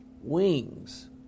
wings